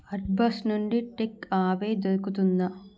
అర్బస్ నుండి టెక్ ఆవే దొరుకుతుందా